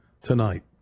tonight